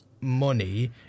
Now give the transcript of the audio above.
money